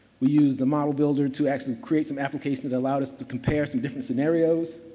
we used the model builder to actually create some applications that allowed us to compare some different scenarios.